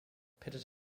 pitted